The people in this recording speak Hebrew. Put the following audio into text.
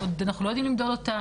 אנחנו לא יודעים למדוד אותה,